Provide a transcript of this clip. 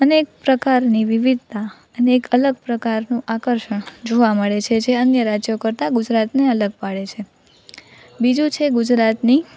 અનેક પ્રકારની વિવિધતા અને એક અલગ પ્રકારનું આકર્ષણ જોવા મળે છે જે અન્ય રાજ્યો કરતાં ગુજરાતને અલગ પાડે છે બીજું છે ગુજરાતની